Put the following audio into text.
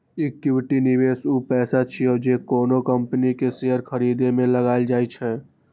equity निवेश ऊ पैसा छियै, जे कोनो कंपनी के शेयर खरीदे मे लगाएल जाइ छै